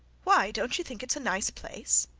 why? don't you think it's a nice place?